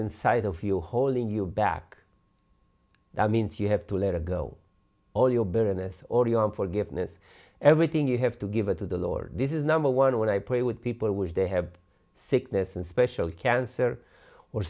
inside of you holding you back that means you have to let her go all your bitterness or your forgiveness everything you have to give it to the lord this is number one when i pray with people which they have sickness and special cancer or